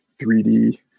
3D –